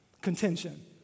Contention